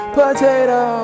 potato